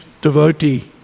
devotee